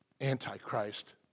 antichrist